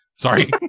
Sorry